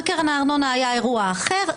בקרן הארנונה היה אירוע אחר,